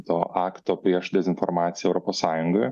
to akto prieš dezinformaciją europos sąjungoj